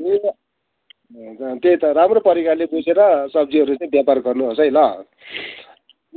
ए अन्त त्यही त राम्रो प्रकारले बुझेर सब्जीहरू चाहिँ व्यापार गर्नुहोस् है ल